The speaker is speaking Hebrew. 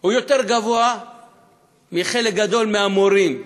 הוא יותר גבוה משל חלק גדול מהמורים,